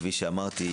כפי שאמרתי,